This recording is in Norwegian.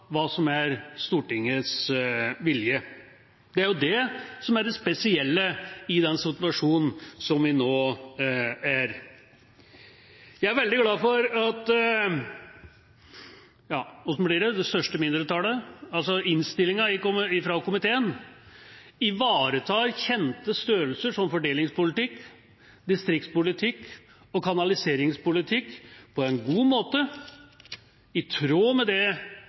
hva som er Stortingets vilje. Det er det som er det spesielle i den situasjonen vi nå er i. Jeg er veldig glad for at – ja, hvordan blir det – det største mindretallet, altså innstillinga fra komiteen, ivaretar kjente størrelser som fordelingspolitikk, distriktspolitikk og kanaliseringspolitikk på en god måte, i tråd med det